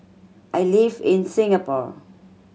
I live in Singapore